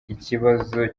ikibazo